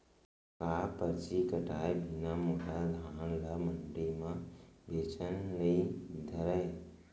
का परची कटाय बिना मोला धान ल मंडी म बेचन नई धरय?